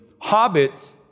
Hobbits